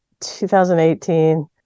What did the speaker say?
2018